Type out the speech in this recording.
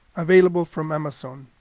available from amazon.